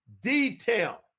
detail